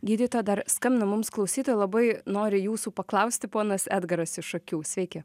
gydytoja dar skambina mums klausytojai labai nori jūsų paklausti ponas edgaras iš šakių sveiki